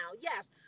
yes